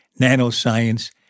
nanoscience